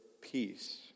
peace